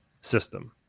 system